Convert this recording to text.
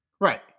right